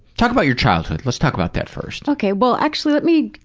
talk about your childhood, let's talk about that first. okay. well actually let me.